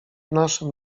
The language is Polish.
naszym